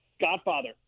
Godfather